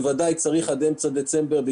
בוודאי צריך עד לאמצע דצמבר,